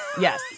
Yes